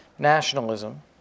nationalism